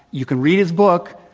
you can read his book,